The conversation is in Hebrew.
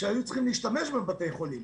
שהיו צריכים להשתמש בבתי החולים.